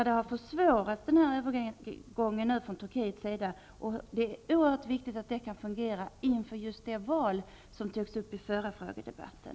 Denna övergång har försvårats från Turkiets sida. Men det är viktigt att detta kan fungera just inför det val i norra Irak som togs upp i den förra frågedebatten.